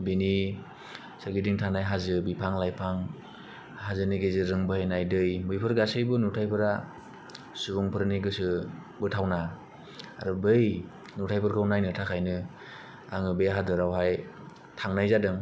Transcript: बिनि सोरगिदिं थानाय हाजो बिफां लाइफां हाजोनि गेजेरजों बोहैनाय दै बेफोर गासैबो नुथाइफोरा सुबुंफोरनि गोसो बोथावना आरो बै नुथाइफोरखौ नायनो थाखायनो आङो बे हादोराव हाय थांनाय जादों